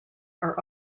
are